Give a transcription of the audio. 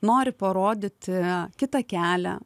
nori parodyti kitą kelią